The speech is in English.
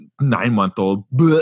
nine-month-old